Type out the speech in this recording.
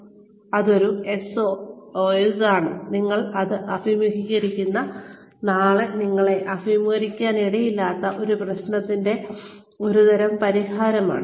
അതൊരു SOS ആണ് നിങ്ങൾ ഇന്ന് അഭിമുഖീകരിക്കുന്ന നാളെ നിങ്ങൾ അഭിമുഖീകരിക്കാനിടയില്ലാത്ത ഒരു പ്രശ്നത്തിനുള്ള ഒരുതരം പരിഹാരമാണ്